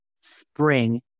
spring